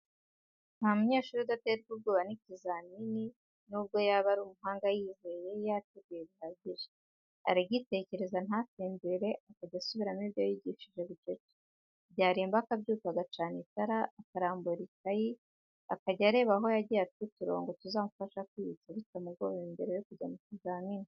Nta munyeshuri udaterwa ubwoba n'ikizamini n'ubwo yaba ari umuhanga yiyizeye yateguye bihagije, aragitekereza ntasinzire, akajya asubiramo ibyo yiyigishije bucece, byarimba akabyuka agacana itara, akarambura ikayi akajya areba aho yagiye aca uturongo tuzamufasha kwiyibutsa bitamugoye, mbere yo kujya mu kizamini.